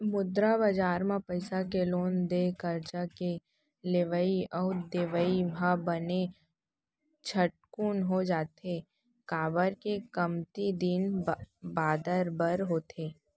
मुद्रा बजार म पइसा के लेन देन करजा के लेवई अउ देवई ह बने झटकून हो जाथे, काबर के कमती दिन बादर बर होथे